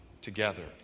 together